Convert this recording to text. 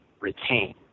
retain